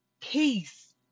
Peace